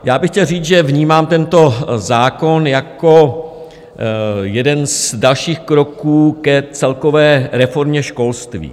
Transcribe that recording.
Já bych chtěl říct, že vnímám tento zákon jako jeden z dalších kroků k celkové reformě školství.